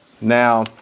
Now